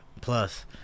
Plus